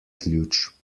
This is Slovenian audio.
ključ